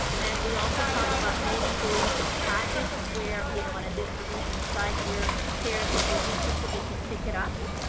and we also talk about maybe doing some packets where, you know on a distribution site where parents, if they're interested, they can pick it up.